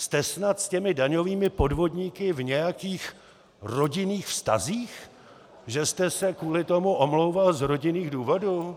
Jste snad s těmi daňovými podvodníky v nějakých rodinných vztazích, že jste se kvůli tomu omlouval z rodinných důvodů?